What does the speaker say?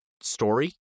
story